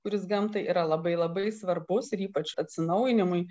kuris gamtai yra labai labai svarbus ir ypač atsinaujinimui